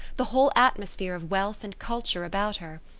the whole atmosphere of wealth and culture about her.